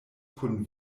kun